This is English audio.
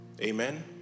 Amen